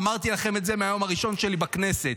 אמרתי לכם את זה מהיום הראשון שלי בכנסת.